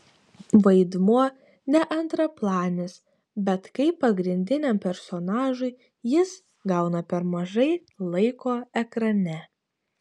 vaidmuo ne antraplanis bet kaip pagrindiniam personažui jis gauna per mažai laiko ekrane